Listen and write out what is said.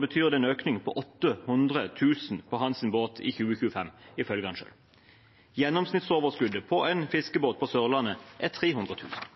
betyr det en økning på 800 000 kr på hans båt i 2025, ifølge han selv. Gjennomsnittsoverskuddet på en fiskebåt på Sørlandet er 300 000 kr.